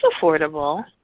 affordable